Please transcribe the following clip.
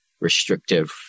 restrictive